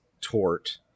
tort